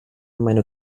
meine